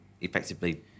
effectively